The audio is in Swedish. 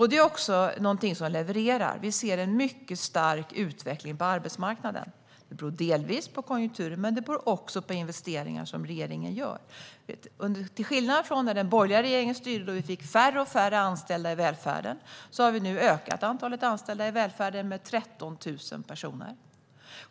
Det är också något som levererar. Vi ser en mycket stark utveckling på arbetsmarknaden. Det beror delvis på konjunkturen, men det beror också på investeringar som regeringen gör. Till skillnad från när den borgerliga regeringen styrde, då vi fick färre och färre anställda i välfärden, har vi nu ökat antalet anställda i välfärden med 13 000 personer.